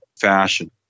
fashion